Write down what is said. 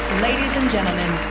ladies and gentlemen,